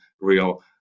real